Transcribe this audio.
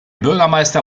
bürgermeister